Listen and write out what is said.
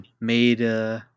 made